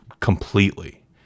completely